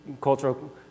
cultural